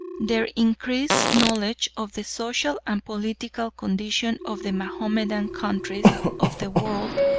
their increased knowledge of the social and political condition of the mahomedan countries of the world,